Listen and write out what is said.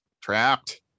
Trapped